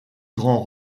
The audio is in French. grand